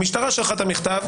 המשטרה שלחה את המכתב,